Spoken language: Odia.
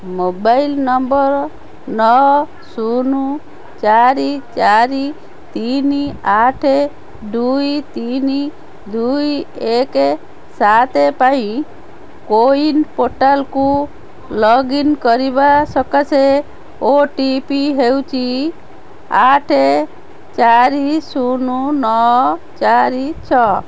ମୋବାଇଲ୍ ନମ୍ବର୍ ନଅ ଶୂନ ଚାରି ଚାରି ତିନି ଆଠ ଦୁଇ ତିନି ଦୁଇ ଏକ ସାତ ପାଇଁ କୋୱିନ୍ ପୋର୍ଟାଲ୍କୁ ଲଗ୍ଇନ୍ କରିବା ସକାଶେ ଓ ଟି ପି ହେଉଛି ଆଠ ଚାରି ଶୂନ ନଅ ଚାରି ଛଅ